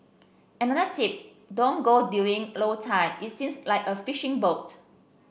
another tip don't go during low tide it smells like a fishing boat